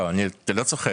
לא, אני לא צוחק.